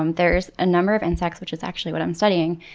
um there's a number of insects, which is actually what i'm studying,